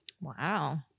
Wow